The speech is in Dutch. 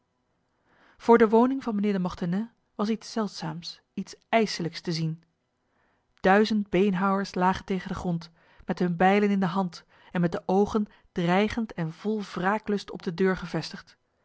voor de woning van mijnheer de mortenay was iets zeldzaams iets ijselijks te zien duizend beenhouwers lagen tegen de grond met hun bijlen in de hand en met de ogen dreigend en vol wraaklust op de deur gevestigd